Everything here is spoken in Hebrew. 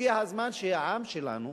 הגיע הזמן שהעם שלנו